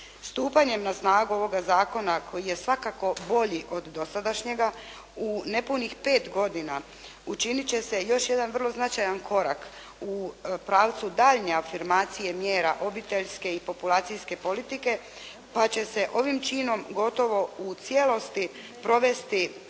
Stupanjem na snagu ovoga zakona koji je svakako bolji od dosadašnjega u nepunih 5 godina učiniti će se još jedan vrlo značajan korak u pravcu daljnje afirmacije mjera obiteljske i populacijske politike pa će se ovim činom gotovo u cijelosti provesti